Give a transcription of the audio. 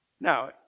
Now